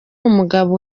umugabo